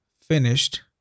finished